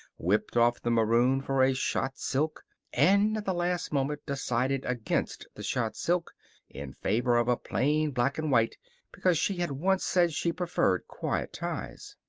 whipped off the maroon for a shot-silk and at the last moment decided against the shot-silk in favor of a plain black-and-white because she had once said she preferred quiet ties.